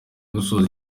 gusoza